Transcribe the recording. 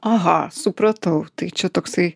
aha supratau tai čia toksai